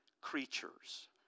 creatures